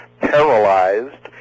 paralyzed